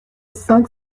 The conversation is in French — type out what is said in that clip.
cinq